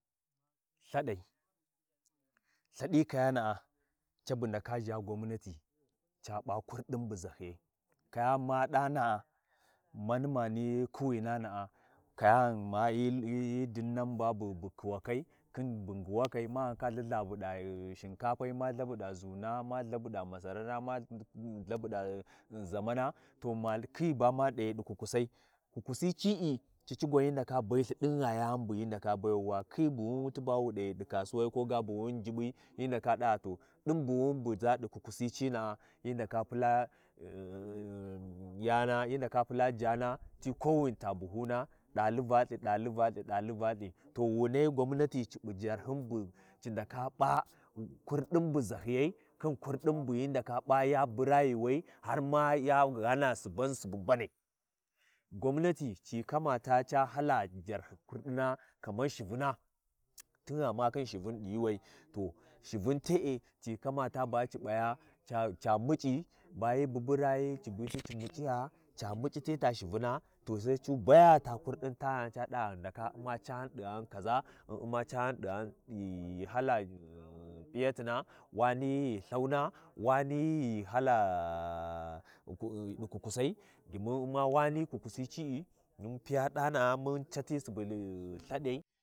Fi ghdai fi litinin fi talatai fi warti fi Lrabai fi miya, fi alamis fi Nasara fi jummaai fi Ningi, fi asabar taa ngirgir fi Lahadai fi ɗi Rumba.